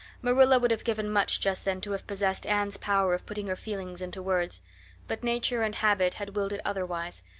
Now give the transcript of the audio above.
marilla would have given much just then to have possessed anne's power of putting her feelings into words but nature and habit had willed it otherwise,